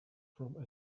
from